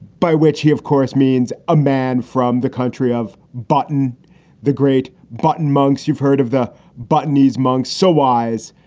by which he, of course, means a man from the country of button the great button monks. you've heard of the button, these monks so wise,